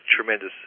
tremendous